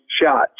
shot